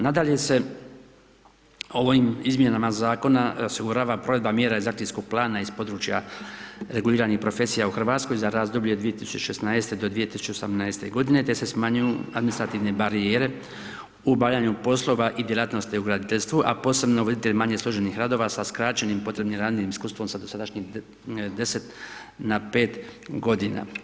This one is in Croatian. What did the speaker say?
Nadalje se, ovim izmjenama zakona osigurava provedba mjera iz Akcijskog plana iz područja reguliranih profesija u Hrvatskoj za razdoblje 2016. do 2018. godine te se smanjuju administrativne barijere u obavljanju poslova i djelatnosti u graditeljstvu, a posebno voditelji manje složenih radova sa skraćenim potrebnim radnim iskustvom sa dosadašnjih 10 na 5 godina.